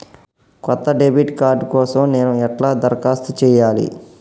కొత్త debit card కోసం నేను ఎట్లా దరఖాస్తు చేయాలి?